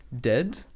dead